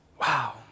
Wow